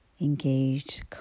engaged